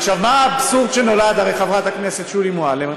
עכשיו, מה האבסורד שנולד, חברת הכנסת שולי מועלם?